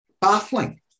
Baffling